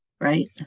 right